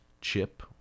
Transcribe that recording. chip